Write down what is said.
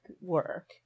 work